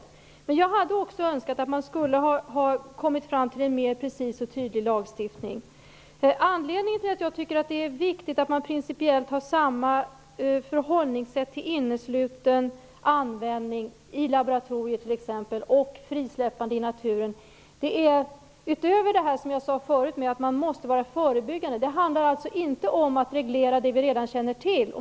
Också jag hade önskat att man hade kommit fram till en mer precis och tydlig lagstiftning. Jag tycker att det är viktigt att man principiellt har samma förhållningssätt till innesluten användning i t.ex. laboratorier och frisläppande i naturen. Det gäller utöver det jag tidigare sade om att man måste vara förebyggande. Det handlar alltså inte om att reglera det vi redan känner till.